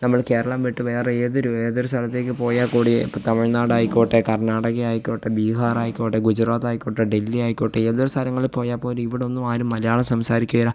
നമ്മള് കേരളം വിട്ട് വേറെ ഏതൊരു ഏതൊരു സലത്തേക്ക് പോയാൽ കൂടി ഇപ്പം തമിഴ്നാടായിക്കോട്ടെ കർണാടകയായിക്കോട്ടെ ബീഹാറായിക്കോട്ടെ ഗുജറാത്തായിക്കോട്ടെ ഡെല്ലിയായിക്കോട്ടെ ഏതൊര് സ്ഥലങ്ങളിൽ പോയാൽ പോലും ഇവിടൊന്നും ആരും മലയാളം സംസാരിക്കുകയില്ല